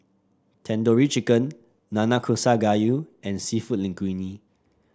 Tandoori Chicken Nanakusa Gayu and seafood Linguine